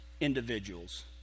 individuals